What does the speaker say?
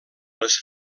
les